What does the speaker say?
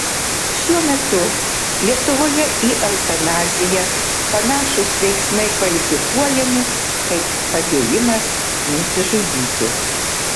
šiuo metu lietuvoje į eutanaziją panašūs veiksmai kvalifikuojami kaip padėjimas nusižudyti